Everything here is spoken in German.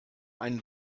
einen